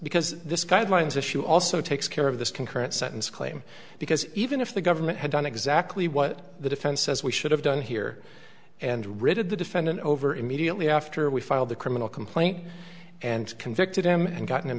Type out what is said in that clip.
because this guidelines issue also takes care of this concurrent sentence claim because even if the government had done exactly what the defense says we should have done here and rid the defendant over immediately after we filed the criminal complaint and convicted him and gotten